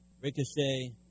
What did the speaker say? Ricochet